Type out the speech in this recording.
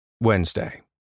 Wednesday